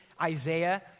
Isaiah